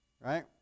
right